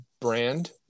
brand